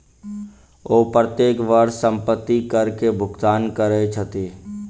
ओ प्रत्येक वर्ष संपत्ति कर के भुगतान करै छथि